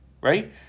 Right